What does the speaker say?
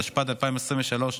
התשפ"ד 2023,